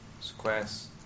squares